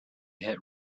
hit